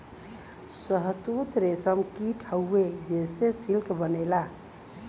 शहतूत रेशम कीट हउवे जेसे सिल्क बनेला